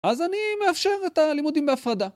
אז אני מאפשר את הלימודים בהפרדה